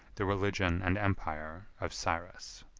the religion and empire of cyrus.